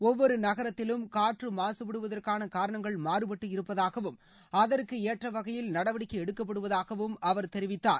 ஒவ்வொரு நகரத்திலும் காற்று மாகபடுவதற்கான காரணங்கள் மாறுபட்டு இருப்பதாகவும் அதற்கு ஏற்றவகையில் நடவடிக்கை எடுக்கப்படுவதாகவும் அவர் தெரிவித்தார்